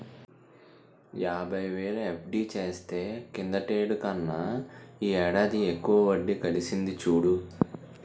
యాబైవేలు ఎఫ్.డి చేస్తే కిందటేడు కన్నా ఈ ఏడాది ఎక్కువ వడ్డి కలిసింది చూడు